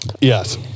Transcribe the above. Yes